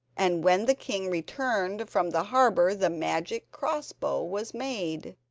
and when the king returned from the harbour the magic cross-bow was made.